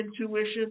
intuition